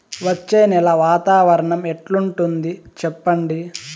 వచ్చే నెల వాతావరణం ఎట్లుంటుంది చెప్పండి?